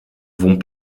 vont